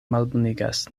malbonigas